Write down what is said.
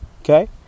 Okay